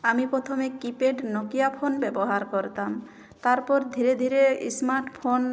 আমি প্রথমে keypad Nokia phone ব্যবহার করতাম তারপর ধীরে ধীরে স্মার্টফোন